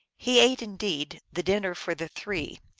he ate, indeed, the dinner for the three.